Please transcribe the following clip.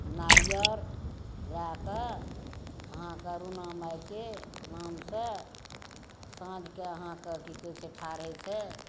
नारियर लऽ कऽ अहाँके रुना माइके नामसँ साँझके अहाँके कि कहै छै ठाड़ होइ छै